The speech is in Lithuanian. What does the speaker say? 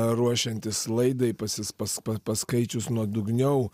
ruošiantis laidai pasis pas paskaičius nuodugniau